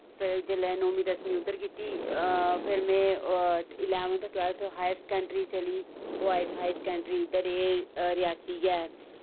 फिर जेल्लै नौमीं दसमीं उद्धर कीती फिर मैं इलेवेंथ ट्वेल्थ हायर सेकेंडरी चली बोयज हायर सेकेंडरी इद्धर एह् रेआसी गै